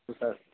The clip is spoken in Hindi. तो सर